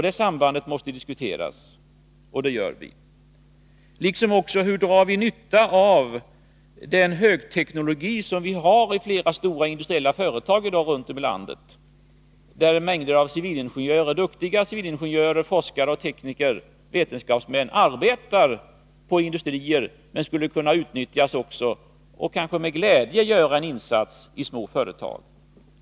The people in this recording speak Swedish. Det sambandet måste diskuteras, och vi diskuterar det också. Vi diskuterar även hur man skall dra nytta av den högteknologi som finns i flera stora industriella företag runt om i landet, där mängder av duktiga civilingenjörer, forskare, vetenskapsmän och tekniker arbetar, men också borde kunna utnyttjas — och kanske med glädje skulle kunna göra en insats —i små företag.